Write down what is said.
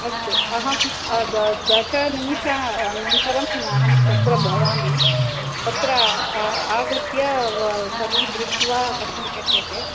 अस्तु अहं द दश निमेषानन्तरम् अहं तत्र भवामि तत्र आगत्य सर्वं दृष्ट्वा कर्तुं शक्यते